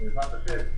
בעזרת השם.